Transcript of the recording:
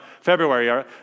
February